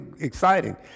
exciting